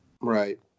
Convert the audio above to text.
right